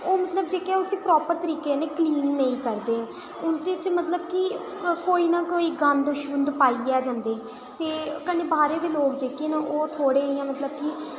जेह्का ओह् उसी प्रॉपर तरीकै कन्नै यूज नेईं करदे ते उंदे च कोई मतलब गंद पाई जंदे न ते कन्नै बाह्रै दे लोक जेह्के न ते ओह् कदें